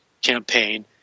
campaign